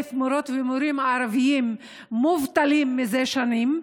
מורות ומורים ערבים מובטלים זה שנים,